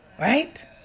Right